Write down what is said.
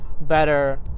better